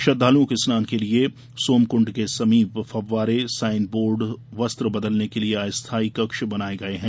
श्रद्वालुओं के स्नान के लिये सोमकुण्ड के समीप फव्वारे साईन बोर्ड वस्त्र बदलने के लिये अस्थाई कक्ष बनाए गए हैं